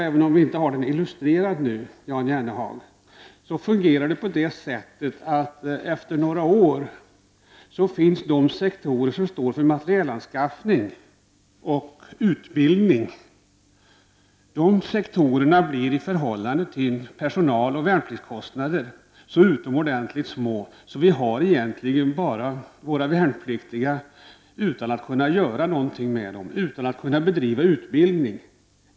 Även om vi inte har den illustrerad här nu, Jan Jennehag, fungerar det så att efter några år blir de sektorer som står för materielanskaffning och utbildning i förhållande till personaloch värnpliktskostnader så utomordentligt små att vi till slut bara har våra värnpliktiga utan att kunna bedriva utbildning.